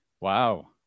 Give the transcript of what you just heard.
Wow